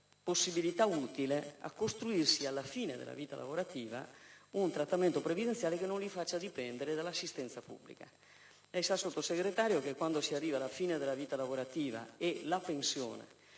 possibilità per costruire, in prospettiva, alla fine della vita lavorativa, un trattamento previdenziale che non li faccia dipendere dall'assistenza pubblica. Lei sa, signor Sottosegretario, che quando si arriva alla fine della vita lavorativa e la pensione